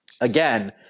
again